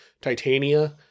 Titania